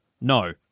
No